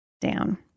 down